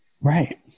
Right